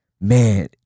man